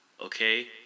Okay